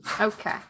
Okay